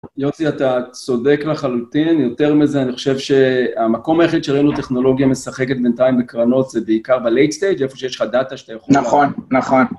יוסי, אתה צודק לחלוטין, יותר מזה, אני חושב שהמקום היחיד שראינו טכנולוגיה משחקת בינתיים בקרנות זה בעיקר ב-Late Stage, איפה שיש לך דאטה שאתה יכול... נכון, נכון.